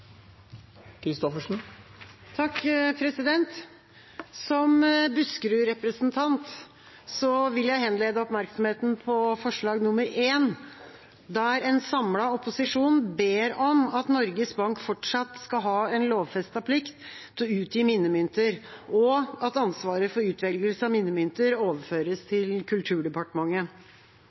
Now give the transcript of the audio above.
opposisjon ber om at Norges Bank fortsatt skal ha en lovfestet plikt til å utgi minnemynter, og at ansvaret for utvelgelse av minnemynter overføres til Kulturdepartementet.